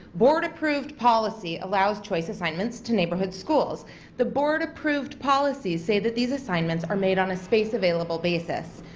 board approved policy allows choice assignments to neighborhood schools the board approved policies say that these assignments are made on a space available basis.